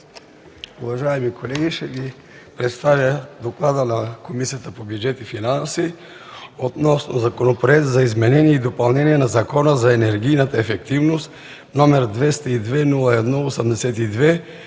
Уважаеми колеги, ще Ви представя: „ДОКЛАД на Комисията по бюджет и финанси относно Законопроект за изменение и допълнение на Закона за енергийната ефективност, № 202-01-82,